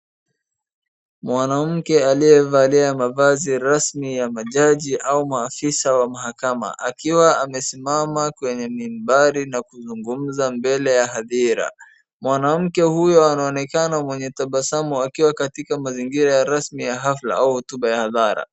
Mwanamke aliyevalia mavazi rasmi ya majaji au maafisa wa mahakama, akiwa amesimama kwenye mibari na kuzngumza mbele ya hahira. Mwanamke huyo anaonekana mwenye tabasamu akiwa katika mazingira ya rasmi ya hafla au hotuba ya hadhara.